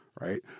right